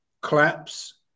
collapse